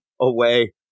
away